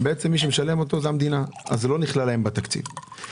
מי שמשלם אותן זאת המדינה ולכן זה לא נכלל בתקציב שלהם.